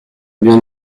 bien